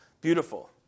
beautiful